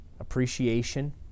Appreciation